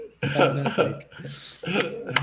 fantastic